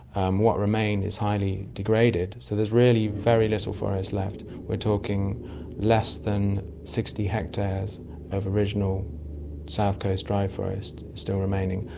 um what remains is highly degraded. so there's really very little forest left, we're talking less than sixty hectares of original south coast dry forest still remaining,